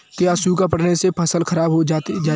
क्या सूखा पड़ने से फसल खराब हो जाएगी?